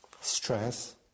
stress